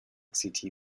city